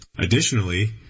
Additionally